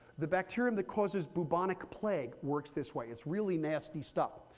the bacterium that causes bubonic plague works this way. it's really nasty stuff.